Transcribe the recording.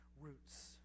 roots